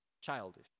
childish